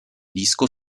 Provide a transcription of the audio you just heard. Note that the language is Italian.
disco